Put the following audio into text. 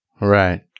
Right